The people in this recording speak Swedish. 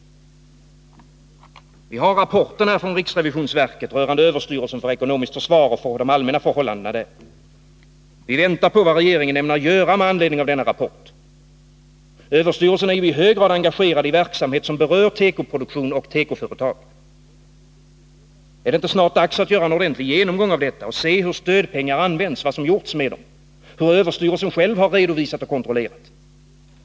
Vi har rapporten från riksrevisionsverket rörande överstyrelsen för ekonomiskt försvar och de allmänna förhållandena där. Vi väntar på vad regeringen ämnar göra med anledning av denna rapport. Överstyrelsen är ju i hög grad engagerad i verksamhet som berör tekoproduktion och tekoföretag. Är det inte snart dags att göra en ordentlig genomgång av detta, att se hur stödpengarna används, vad som gjorts med dem, hur överstyrelsen själv redovisat och kontrollerat?